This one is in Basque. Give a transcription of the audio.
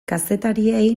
kazetariei